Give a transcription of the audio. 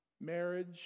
Marriage